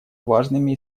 важными